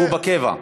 שהוא בקבע.